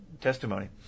testimony